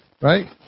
Right